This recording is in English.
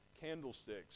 candlesticks